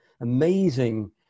amazing